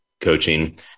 coaching